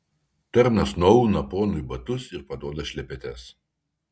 tarnas nuauna ponui batus ir paduoda šlepetes